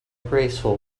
graceful